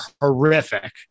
horrific